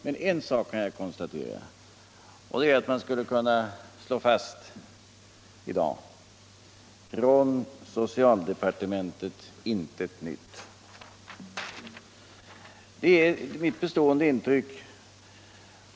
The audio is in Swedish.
Men en sak kan jag konstatera, och det är att man skulle kunna slå fast i dag: Från socialdepartementet intet nytt. Det är mitt bestående intryck.